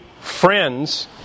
friends